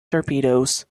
torpedoes